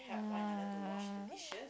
uh